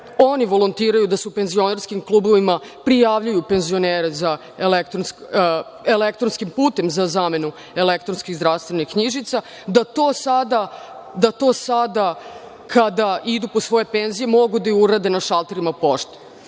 Oni volontiraju da se u penzionerskim klubovima prijavljuju penzioneri elektronskim putem za zamenu elektronskih zdravstvenih knjižica, da to sada kada idu po svoje penzije mogu da urade na šalterima